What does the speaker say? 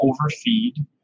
overfeed